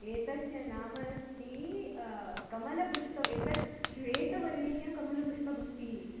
एतस्य नाम अस्ति कमलपुष्पम् एतत् श्वेतवर्णीयकमलपुष्पमस्ति